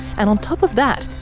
and on top of that,